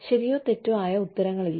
ശരിയോ തെറ്റോ ആയ ഉത്തരങ്ങളില്ല